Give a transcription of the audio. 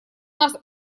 нас